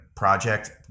project